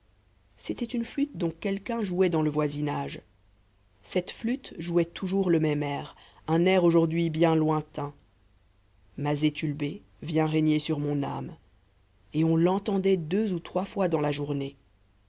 c'était une flûte dont quelqu'un jouait dans le voisinage cette flûte jouait toujours le même air un air aujourd'hui bien lointain ma zétulbé viens régner sur mon âme et on l'entendait deux ou trois fois dans la journée